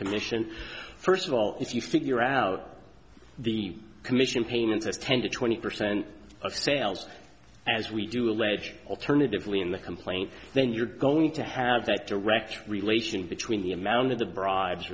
commission first of all if you figure out the commission payments as ten to twenty percent of sales as we do alleged alternatively in the complaint then you're going to have that direct relation between the amount of the bribes